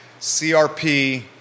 crp